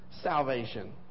salvation